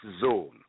zone